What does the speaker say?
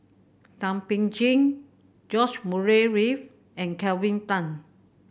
Thum Ping Tjin George Murray Reith and Kelvin Tan